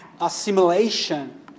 assimilation